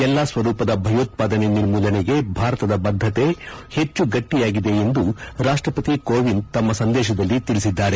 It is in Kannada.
ಎಲ್ಲಾ ಸ್ವರೂಪದ ಭಯೋತ್ವಾದನೆ ನಿರ್ಮೂಲನೆಗೆ ಭಾರತದ ಬದ್ದತೆ ಹೆಚ್ಚು ಗಟ್ಟಿಯಾಗಿದೆ ಎಂದು ರಾಷ್ಷಪತಿ ಕೋವಿಂದ್ ತಮ್ನ ಸಂದೇತದಲ್ಲಿ ತಿಳಿಸಿದ್ದಾರೆ